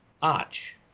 Arch